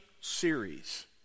series